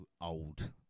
old